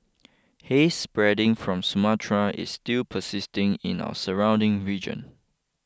haze spreading from Sumatra is still persisting in our surrounding region